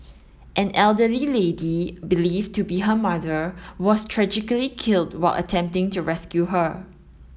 an elderly lady believed to be her mother was tragically killed while attempting to rescue her